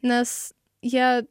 nes jie